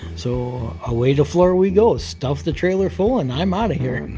so away to florida we go. stuff the trailer full, and i'm outta here.